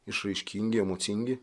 išraiškingi emocingi